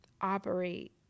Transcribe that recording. operate